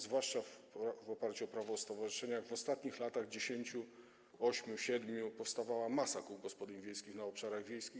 Zwłaszcza w oparciu o Prawo o stowarzyszeniach w ostatnich latach - dziesięciu, ośmiu, siedmiu - powstała masa kół gospodyń wiejskich na obszarach wiejskich.